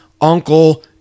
uncle